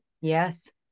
Yes